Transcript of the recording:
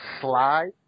Slide